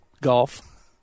golf